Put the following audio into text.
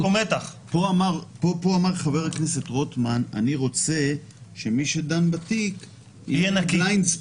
חבר הכנסת רוטמן אמר שהוא רוצה שמי שדן בתיק יהיה עיוור לראיות האלה.